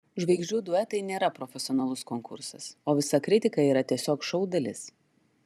žvaigždžių duetai nėra profesionalus konkursas o visa kritika yra tiesiog šou dalis